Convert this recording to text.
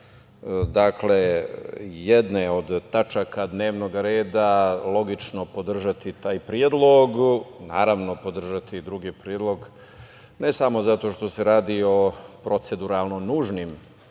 jedne od tačaka dnevnog reda, logično podržati taj predlog, naravno podržati i drugi predlog, ne samo zato što se radi o proceduralno nužnim